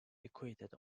acquitted